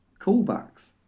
callbacks